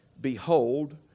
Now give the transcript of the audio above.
Behold